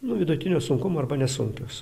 nu vidutinio sunkumo arba nesunkios